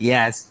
Yes